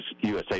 USA